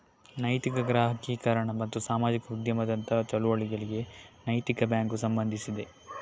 ನೈತಿಕ ಗ್ರಾಹಕೀಕರಣ ಮತ್ತು ಸಾಮಾಜಿಕ ಉದ್ಯಮದಂತಹ ಚಳುವಳಿಗಳಿಗೆ ನೈತಿಕ ಬ್ಯಾಂಕು ಸಂಬಂಧಿಸಿದೆ